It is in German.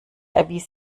erwies